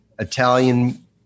Italian